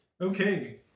Okay